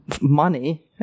money